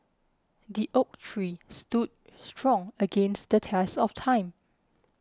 the oak tree stood strong against the test of time